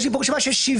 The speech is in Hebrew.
יש לי פה רשימה של 70,